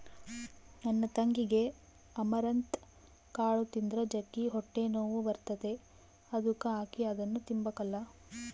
ನನ್ ತಂಗಿಗೆ ಅಮರಂತ್ ಕಾಳು ತಿಂದ್ರ ಜಗ್ಗಿ ಹೊಟ್ಟೆನೋವು ಬರ್ತತೆ ಅದುಕ ಆಕಿ ಅದುನ್ನ ತಿಂಬಕಲ್ಲ